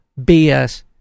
BS